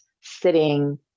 sitting